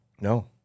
No